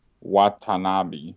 Watanabe